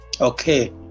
Okay